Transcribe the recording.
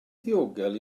ddiogel